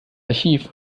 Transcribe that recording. archiv